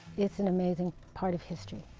it's an amazing part of history.